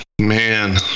Man